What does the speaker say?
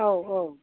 औ औ